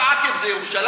כפר עקב זה ירושלים?